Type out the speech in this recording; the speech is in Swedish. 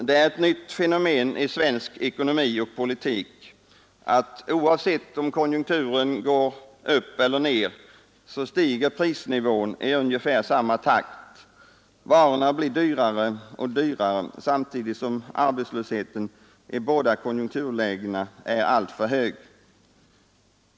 Det är ett nytt fenomen i svensk ekonomi och politik att oavsett om konjunkturen går upp eller ner så stiger prisnivån i ungefär samma takt varorna blir dyrare och dyrare samtidigt som arbetslösheten i båda konjunkturlägena är alltför hög.